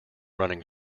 running